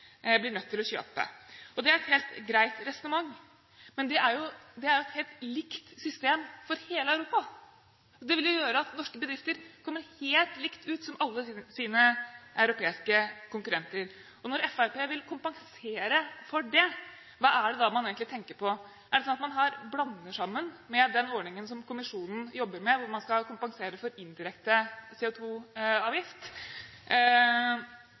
blir nødt til å kjøpe. Det er helt greit resonnement, men det er jo et helt likt system for hele Europa, og det vil jo gjøre at norske bedrifter kommer helt likt ut som alle sine europeiske konkurrenter. Når Fremskrittspartiet vil kompensere for det – hva er man da egentlig tenker på? Er det slik at man her blander sammen med den ordningen som kommisjonen jobber med, hvor man skal kompensere for indirekte